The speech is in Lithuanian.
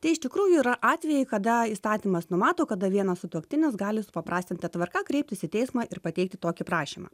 tai iš tikrųjų yra atvejai kada įstatymas numato kada vienas sutuoktinis gali supaprastinta tvarka kreiptis į teismą ir pateikti tokį prašymą